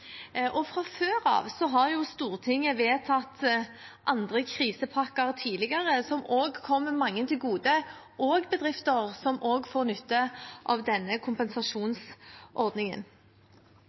og fra før av har Stortinget vedtatt andre krisepakker som kommer mange til gode – også bedrifter som også får nytte av denne kompensasjonsordningen.